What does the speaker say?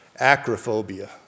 acrophobia